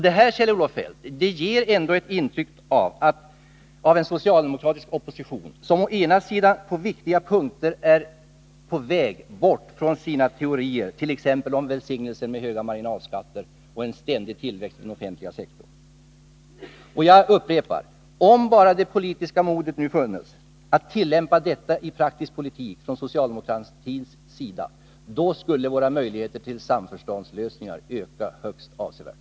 Det här, Kjell-Olof Feldt, ger ändå ett intryck av en socialdemokratisk opposition som på viktiga punkter är på väg bort från sina teorier, t.ex. om välsignelsen med höga marginalskatter och en ständig tillväxt av den offentliga sektorn. Jag upprepar: Om bara det politiska modet nu funnes att tillämpa detta i praktisk politik från socialdemokratins sida, då skulle våra möjligheter till samförståndslösningar öka högst avsevärt.